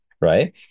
right